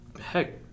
heck